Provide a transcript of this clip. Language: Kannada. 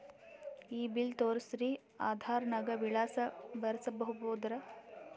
ಈ ಬಿಲ್ ತೋಸ್ರಿ ಆಧಾರ ನಾಗ ವಿಳಾಸ ಬರಸಬೋದರ?